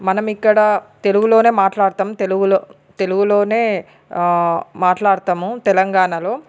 మనం ఇక్కడ తెలుగులోనే మాట్లాడతాం తెలుగులో తెలుగులోనే మాట్లాడతాము తెలంగాణలో